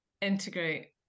Integrate